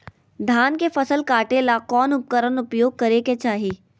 धान के फसल काटे ला कौन उपकरण उपयोग करे के चाही?